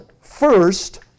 first